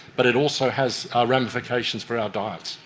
but it also has ramifications for our diets.